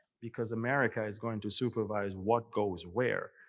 because america is going to supervise what goes where,